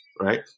right